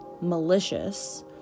malicious